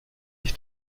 ich